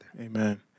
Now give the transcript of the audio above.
Amen